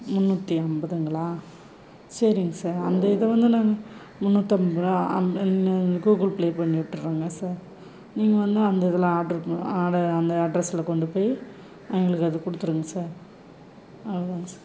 முந்நூற்றி ஐம்பதுங்களா சரிங்க சார் அந்த இதை வந்து நாங்கள் முந்நூற்றைம்பதுருவா அந்த கூகுள் ப்ளே பண்ணிவிட்டுர்றோங்க சார் நீங்கள் வந்து அந்த இதில் ஆட்ரு ஆட அந்த அட்ரஸில் கொண்டு போய் எங்களுக்கு அது கொடுத்துருங்க சார் அவ்வளோ தான்ங்க சார்